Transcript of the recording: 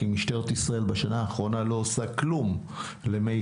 כי משטרת ישראל בשנה האחרונה לא עושה דבר למיטב